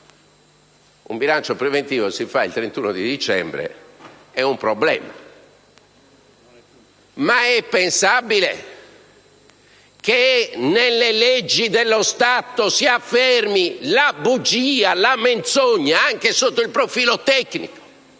Un bilancio preventivo che viene fatto il 31 dicembre costituisce un problema: ma è pensabile che nelle leggi dello Stato si affermi la bugia, la menzogna, anche sotto il profilo tecnico?